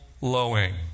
lowing